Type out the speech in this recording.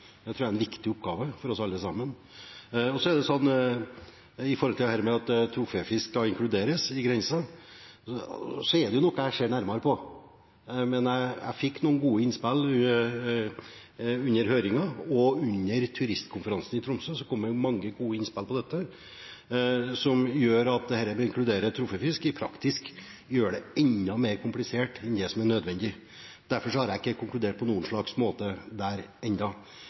er det noe jeg ser nærmere på. Jeg fikk noen gode innspill under høringen, og også under turistkonferansen i Tromsø kom det mange gode innspill, som gjør at dette med å inkludere troféfisk i praksis gjør det enda mer komplisert enn det som er nødvendig. Derfor har jeg ikke konkludert på noen slags måte der